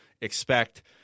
expect